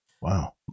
wow